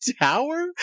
tower